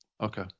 Okay